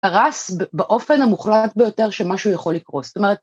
‫קרס באופן המוחלט ביותר ‫שמשהו יכול לקרוס. זאת אומרת.